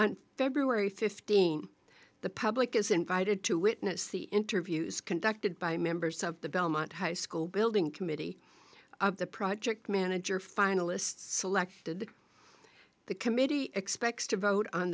on february fifteenth the public is invited to witness the interviews conducted by members of the belmont high school building committee of the project manager finalists selected the committee expects to vote on